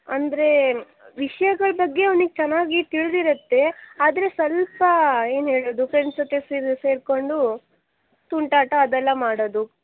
ಅಂದರೆ ವಿಷ್ಯಗಳು ಬಗ್ಗೆ ಅವ್ನಿಗೆ ಚೆನ್ನಾಗಿ ತಿಳ್ದಿರುತ್ತೆ ಆದರೆ ಸ್ವಲ್ಪ ಏನು ಹೇಳೋದು ಫ್ರೆಂಡ್ಸ್ ಜೊತೆ ಸೇರಿ ಸೇರಿಕೊಂಡು ತುಂಟಾಟ ಅದೆಲ್ಲ ಮಾಡೋದು